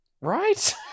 right